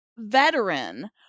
veteran